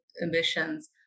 emissions